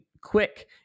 quick